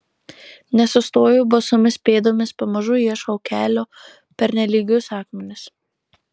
nesustoju basomis pėdomis pamažu ieškau kelio per nelygius akmenis